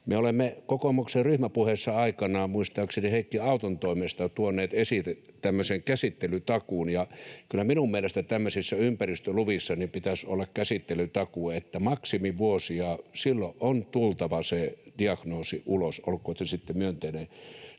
Me olemme kokoomuksen ryhmäpuheessa aikanaan muistaakseni Heikki Auton toimesta tuoneet esille tämmöisen käsittelytakuun, ja kyllä minun mielestäni tämmöisissä ympäristöluvissa pitäisi olla käsittelytakuu, että maksimi vuosi ja silloin on tultava sen diagnoosin ulos, oli se sitten myönteinen